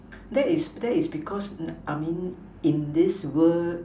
that is that is because I mean in this world